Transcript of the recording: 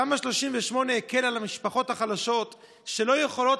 תמ"א 38 הקלה על המשפחות החלשות שלא יכולות